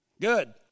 Good